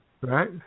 Right